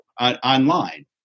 online